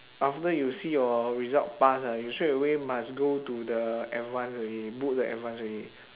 after you see your result pass ah you straight away must go to the advance already book the advance already